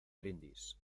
brindis